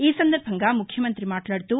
ఈ సందర్బంగా ముఖ్యమంతి మాట్లాడుతూ